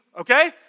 okay